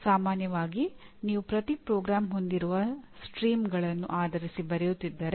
ಮುಂದಿನ ಬಾರಿ ನೀವು ಅದನ್ನು ಮಾಡಿದಾಗ ಮತ್ತೆ ಆ ಚಟುವಟಿಕೆಯನ್ನು ಪುನರಾವರ್ತಿಸಿ